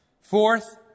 Fourth